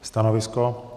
Stanovisko?